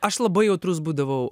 aš labai jautrus būdavau